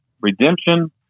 redemption